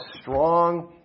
strong